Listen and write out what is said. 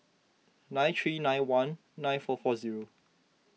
nine three nine one nine four four zero